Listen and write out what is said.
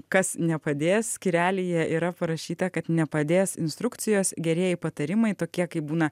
kas nepadės skyrelyje yra parašyta kad nepadės instrukcijos gerieji patarimai tokie kaip būna